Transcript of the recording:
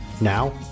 Now